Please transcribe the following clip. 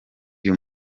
uyu